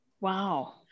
Wow